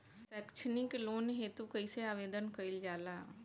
सैक्षणिक लोन हेतु कइसे आवेदन कइल जाला?